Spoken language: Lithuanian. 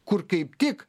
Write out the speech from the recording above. kur kaip tik